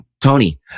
Tony